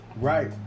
right